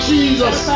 Jesus